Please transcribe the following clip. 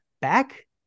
back